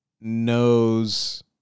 knows